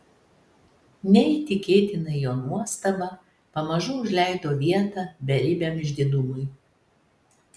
neįtikėtina jo nuostaba pamažu užleido vietą beribiam išdidumui